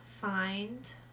find